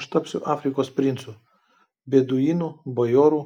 aš tapsiu afrikos princu beduinų bajoru